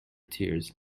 tears